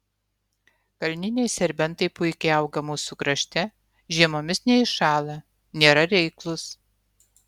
kalniniai serbentai puikiai auga mūsų krašte žiemomis neiššąla nėra reiklūs